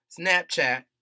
Snapchat